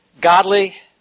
godly